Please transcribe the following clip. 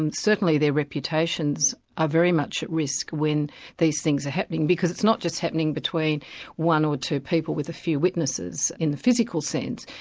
and certainly their reputations are very much at risk when these things are happening, because it's not just happening between one or two people with a few witnesses in the physical sense,